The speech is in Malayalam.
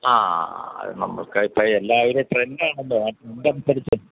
ആ അത് നമുക്ക് ഇപ്പോള് എല്ലാം ഒരു ട്രെൻഡാണല്ലോ ആ ട്രെൻഡനുസരിച്ച്